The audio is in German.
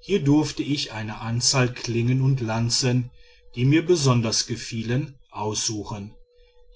hier durfte ich eine anzahl klingen und lanzen die mir besonders gefielen aussuchen